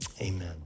amen